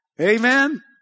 Amen